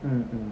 mm mm